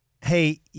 hey